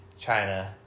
China